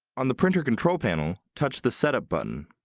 on the printer control panel, touch the setup button.